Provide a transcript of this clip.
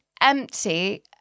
empty